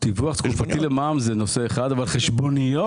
דיווח תקופתי ל מע"מ זה נושא אחד, אבל חשבוניות,